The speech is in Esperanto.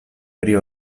pri